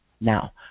Now